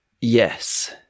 Yes